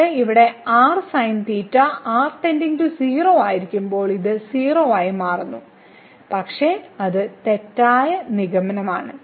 എന്നിട്ട് ഇവിടെ ആയിരിക്കുമ്പോൾ ഇത് 0 ആയി മാറുന്നു പക്ഷെ അത് തെറ്റായ നിഗമനമാണ്